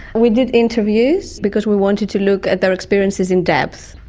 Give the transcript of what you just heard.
we did interviews because we wanted to look at their experiences in depth.